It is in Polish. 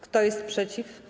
Kto jest przeciw?